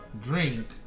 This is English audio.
drink